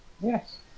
Yes